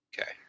Okay